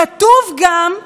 כתוב גם: